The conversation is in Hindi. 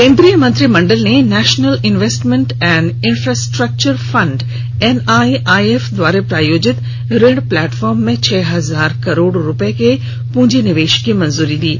केन्द्रीय मंत्रिमंडल ने national investment and infrastructure fund NIIF द्वारा प्रायोजित ऋण प्लेटफार्म में छह हजार करोड़ रुपये के प्रंजी निवेश की मंजूरी दी है